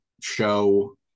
show